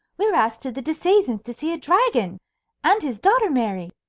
we're asked to the disseisins to see a dragon and his daughter married.